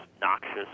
noxious